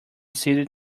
city